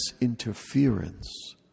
interference